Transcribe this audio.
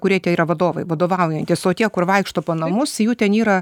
kurie tie yra vadovai vadovaujantys o tie kur vaikšto po namus jų ten yra